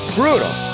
brutal